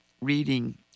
reading